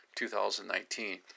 2019